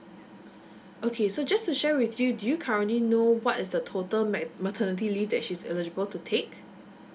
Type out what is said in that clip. okay so just to share with you do you currently know what is your total mat~ maternity leave that she's eligible to take